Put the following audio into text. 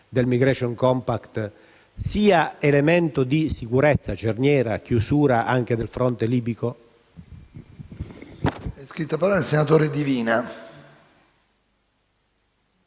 del *migration compact*, sia elemento di sicurezza, cerniera e chiusura anche del fronte libico?